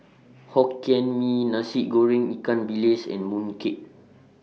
Hokkien Mee Nasi Goreng Ikan Bilis and Mooncake